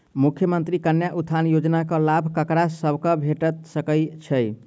मुख्यमंत्री कन्या उत्थान योजना कऽ लाभ ककरा सभक भेट सकय छई?